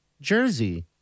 jersey